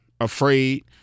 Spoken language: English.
afraid